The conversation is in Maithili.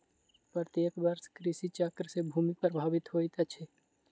प्रत्येक वर्ष कृषि चक्र से भूमि प्रभावित होइत अछि